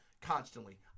constantly